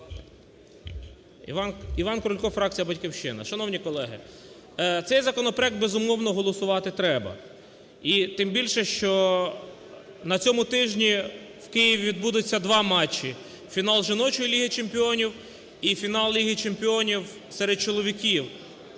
Іван Крулько, фракція "Батьківщина". Шановні колеги, цей законопроект, безумовно, голосувати треба. І тим більше, що на цьому тижні в Києві відбудуться два матчі: фінал жіночої Ліги Чемпіонів і фінал Ліги Чемпіонів серед чоловіків.